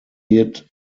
hid